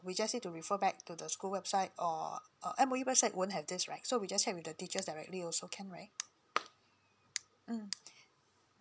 we just need to refer back to the school website or or M_O_E website won't have this right so we just head with the teachers directly also can right mm